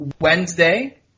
Wednesday